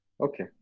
okay